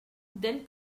then